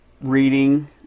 reading